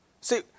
See